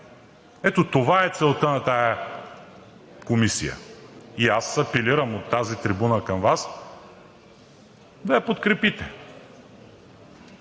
Ето това е целта на тази комисия. И аз апелирам от тази трибуна към Вас да я подкрепите.